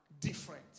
different